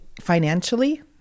financially